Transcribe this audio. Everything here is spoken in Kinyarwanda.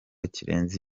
kirenze